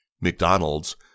McDonald's